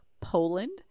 Poland